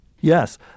Yes